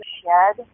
shed